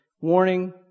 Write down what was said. warning